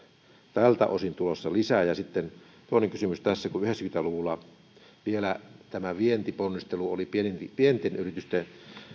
tältä osin tulossa lisää ja sitten toinen kysymys vielä yhdeksänkymmentä luvulla tämä vientiponnistelu oli pienten yritysten